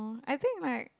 I think my